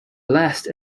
blessed